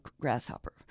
grasshopper